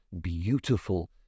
beautiful